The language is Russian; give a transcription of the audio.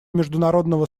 международного